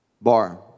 bar